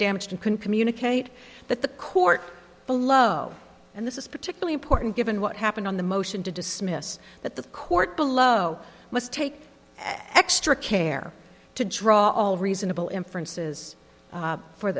damaged and can communicate that the court below and this is particularly important given what happened on the motion to dismiss that the court below must take extra care to draw all reasonable inferences